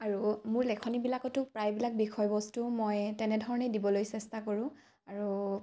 আৰু মোৰ লেখনিবিলাকতো প্ৰায়বিলাক বিষয়বস্তু মই তেনেধৰণে দিবলৈ চেষ্টা কৰোঁ আৰু